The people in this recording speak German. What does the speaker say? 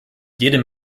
jedem